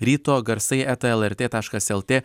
ryto garsai eta lrt taškas lt